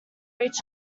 reach